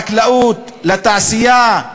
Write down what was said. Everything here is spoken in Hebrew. לחקלאות, לתעשייה,